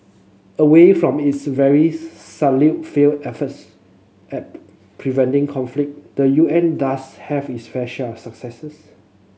away from its very salient failed efforts at preventing conflict the U N does have its fair share of successes